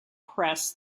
press